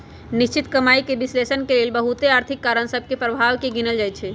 निश्चित कमाइके विश्लेषण के लेल बहुते आर्थिक कारण सभ के प्रभाव के गिनल जाइ छइ